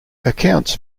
accounts